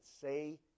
say